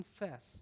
confess